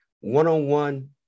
one-on-one